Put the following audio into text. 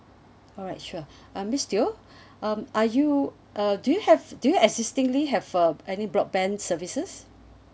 alright sure uh miss teo um are you uh do you have do you existingly have uh any broadband services